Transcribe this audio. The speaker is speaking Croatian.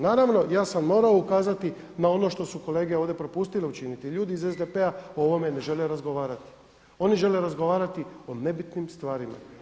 Naravno, ja sam morao ukazati na ono što su kolege ovdje propustile učiniti, ljudi iz SDP-a o ovome ne žele razgovarati, oni žele razgovarati o nebitnim stvarima.